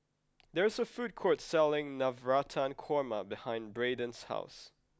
there is a food court selling Navratan Korma behind Braiden's house